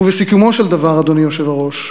ובסיכומו של דבר, אדוני היושב-ראש,